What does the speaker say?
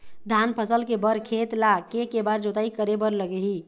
धान फसल के बर खेत ला के के बार जोताई करे बर लगही?